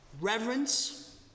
Reverence